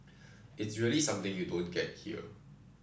it's really something you don't get here